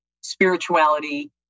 spirituality